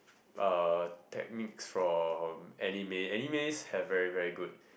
uh techniques from anime animes have very very good